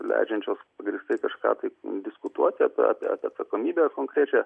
leidžiančios pagrįstai kažką tai diskutuoti apie apie atsakomybę konkrečią